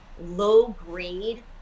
low-grade